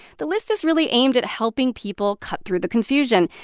the list is really aimed at helping people cut through the confusion.